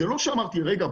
זה לא שאמרתי רגע,